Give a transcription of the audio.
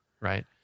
Right